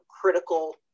critical